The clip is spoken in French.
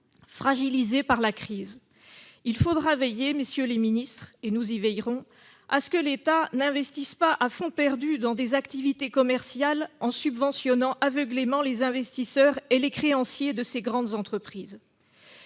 fragilisées par la crise. Il faudra veiller, messieurs les ministres, et nous y veillerons, à ce que l'État n'investisse pas à fonds perdu dans des activités commerciales en subventionnant aveuglément les investisseurs et les créanciers de ces grandes entreprises.